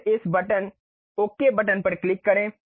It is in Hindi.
फिर इस ओके बटन पर क्लिक करें